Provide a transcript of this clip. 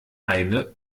eine